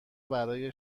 برای